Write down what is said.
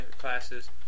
classes